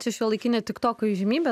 čia šiuolaikinė tik toko įžymybė